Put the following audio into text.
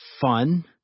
fun